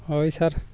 ହଇ ସାର୍